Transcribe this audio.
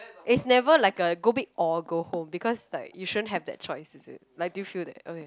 it's never like a go big or go home because like you shouldn't have that choice is it like do you feel that okay